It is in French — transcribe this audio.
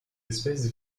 espèce